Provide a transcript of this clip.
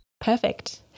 Perfect